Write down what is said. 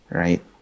right